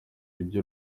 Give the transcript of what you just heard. ibyo